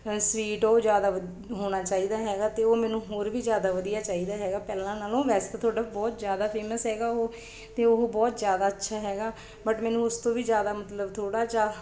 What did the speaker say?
sweet ਉਹ ਜ਼ਿਆਦਾ ਵਧੀ ਹੋਣਾ ਚਾਹੀਦਾ ਹੈਗਾ ਅਤੇ ਉਹ ਮੈਨੂੰ ਹੋਰ ਵੀ ਜ਼ਿਆਦਾ ਵਧੀਆ ਚਾਹੀਦਾ ਹੈਗਾ ਪਹਿਲਾਂ ਨਾਲੋਂ ਵੈਸੇ ਤਾਂ ਤੁਹਾਡਾ ਬਹੁਤ ਜ਼ਿਆਦਾ ਫੇਮਸ ਹੈਗਾ ਉਹ ਅਤੇ ਉਹ ਬਹੁਤ ਜ਼ਿਆਦਾ ਅੱਛਾ ਹੈਗਾ ਬਟ ਮੈਨੂੰ ਉਸ ਤੋਂ ਵੀ ਜ਼ਿਆਦਾ ਮਤਲਬ ਥੋੜ੍ਹਾ ਜਿਹਾ